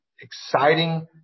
exciting